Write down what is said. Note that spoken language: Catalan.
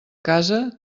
casa